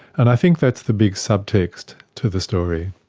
and i think that's the big subtext to the story.